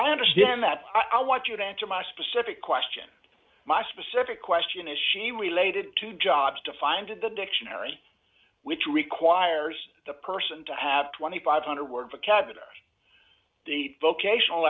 i understand that i want you to answer my specific question my specific question is she related to jobs defined in the dictionary which requires the person to have two thousand five hundred words a cabinet vocational